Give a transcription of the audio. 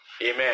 Amen